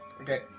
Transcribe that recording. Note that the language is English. Okay